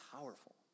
powerful